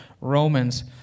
Romans